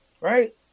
Right